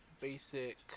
basic